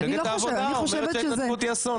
את מודה, את אומרת שההתנתקות היא אסון.